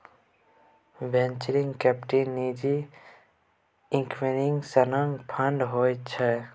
venture capital निजी equity सनक fund होइ छै